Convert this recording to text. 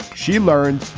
she learned.